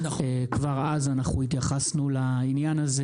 כבר אז אנחנו התייחסנו לעניין הזה.